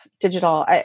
digital